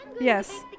Yes